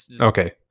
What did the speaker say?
Okay